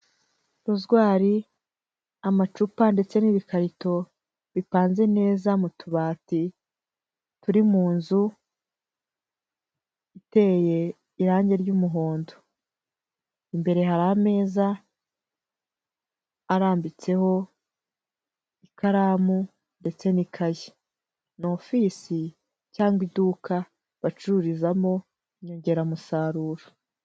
Ruzwari, amacupa ndetse n'ibikarito bipanze neza mu tubati turi mu nzu iteye irangi ry'umuhondo, imbere hari ameza arambitseho ikaramu ndetse n'ikayi. Ni ofisi cyangwa iduka bacururizamo inyongeramusaruro.